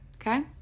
Okay